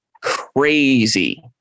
crazy